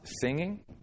singing